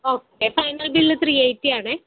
ഓ താങ്കളെ bill three eighty ആണേ